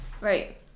right